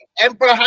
Emperor